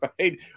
right